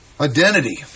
Identity